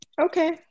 Okay